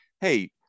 hey